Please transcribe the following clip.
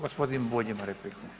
Gospodin Bulj ima repliku.